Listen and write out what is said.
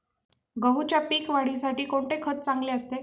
गहूच्या पीक वाढीसाठी कोणते खत चांगले असते?